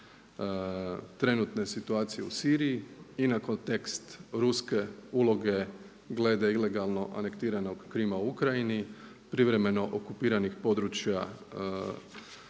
trenutne situacije u Siriji i na kontekst ruske uloge glede ilegalno anektiranog Krima u Ukrajini, privremeno okupiranih područja